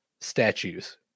statues